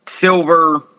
silver